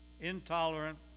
intolerant